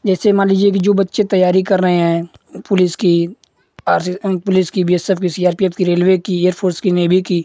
जैसे मान लीजिए कि जो बच्चे तैयारी कर रहे हैं पुलिस की और पुलिस की बी एस एफ की सी आर पी एफ की रेलवे कि एयर फ़ोर्स की नेवी कि